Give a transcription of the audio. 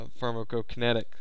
pharmacokinetic